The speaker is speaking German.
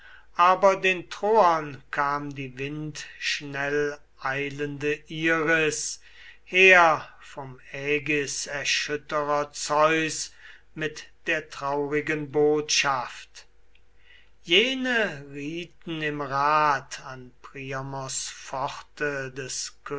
aber den troern kam die windschnell eilende iris her vom ägiserschütterer zeus mit der traurigen botschaft jene rieten im rat an priamos pforte des